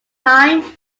time